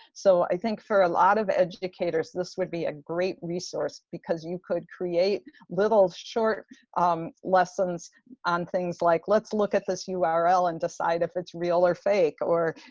so i think for a lot of educators, this would be a great resource because you could create little short lessons on things like, let's look at this ah url and decide if it's real or fake or,